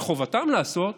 שחובתם לעשותה,